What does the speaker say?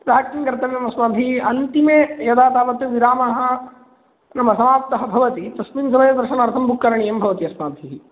अतः किं कर्तव्यम् अस्माभिः अन्तिमे यदा तावत् विरामः नाम समाप्तः भवति तस्मिन् समये दर्शनार्थं बुक् करणीयं भवति अस्माभिः